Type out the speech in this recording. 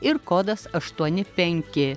ir kodas aštuoni penki